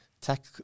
tech